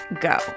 go